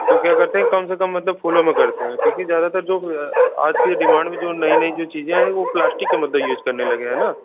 तो क्या करते हैं कम से कम मतलब फूलों में करते हैं क्योंकि ज़्यादातर जो आज के डिमांड में जो नई नई जो चीज़ें आए हैं वो प्लाश्टिक के मतलब यूज़ करने लगे है ना